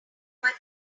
plane